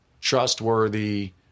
trustworthy